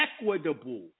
equitable